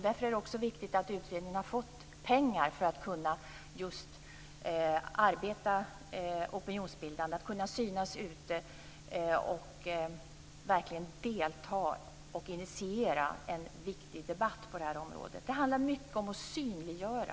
Därför är det viktigt att utredningen har fått pengar för att kunna arbeta opinionsbildande, synas ute och initiera en viktig debatt på området. Det handlar mycket om att synliggöra.